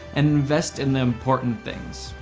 and invest in the important things.